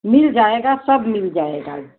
मिल जाएगा सब मिल जाएगा